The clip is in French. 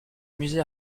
musée